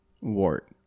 wart